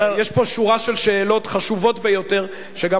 יש פה שורה של שאלות חשובות ביותר שגם